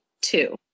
two